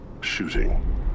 shooting